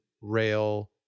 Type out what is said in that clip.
rail